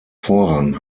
vorrang